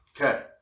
Okay